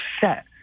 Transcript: set